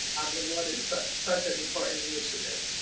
i mean what is such such an important initiative,